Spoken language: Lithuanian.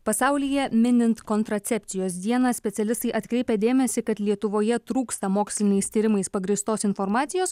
pasaulyje minint kontracepcijos dieną specialistai atkreipia dėmesį kad lietuvoje trūksta moksliniais tyrimais pagrįstos informacijos